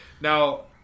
Now